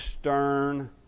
stern